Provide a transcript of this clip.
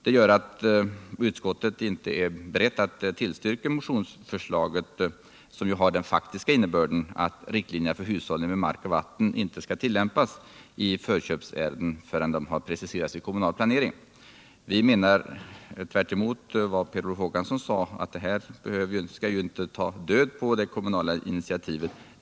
Detta gör att utskottet inte är berett att tillstyrka motionsförslaget, som ju har den faktiska innebörden att riktlinjerna för hushållning med mark och vatten inte skall tillämpas i förköpsärenden, förrän de har preciserats i kommunal planering. Till skillnad från vad Per Olof Håkansson sade menar vi att detta inte tar död på det kommunala initiativet.